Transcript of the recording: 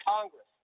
Congress